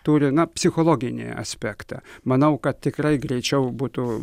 turi na psichologinį aspektą manau kad tikrai greičiau būtų